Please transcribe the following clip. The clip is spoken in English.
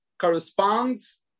corresponds